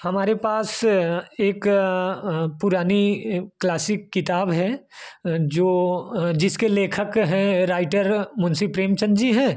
हमारे पास एक पुरानी क्लासिक किताब है जो जिसके लेखक है राइटर मुंशी प्रेमचंद जी है